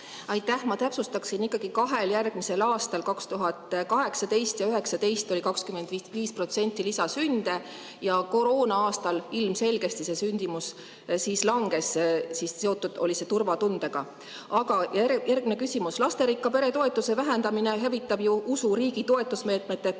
Aitäh! Ma täpsustaksin: kahel järgmisel aastal, 2018 ja 2019 oli 25% lisasünde ning koroona-aastal ilmselgelt sündimus siis langes, seotud oli see turvatundega. Aga järgmine küsimus. Lasterikka pere toetuse vähendamine hävitab ju usu riigi toetusmeetmete